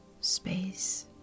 space